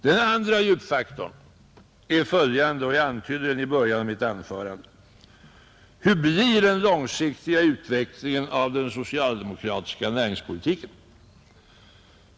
Den andra djupfaktorn är följande, och jag antydde den i början av mitt anförande: Hur blir den långsiktiga utvecklingen av den socialdemokratiska näringspolitiken?